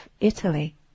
Italy